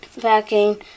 packing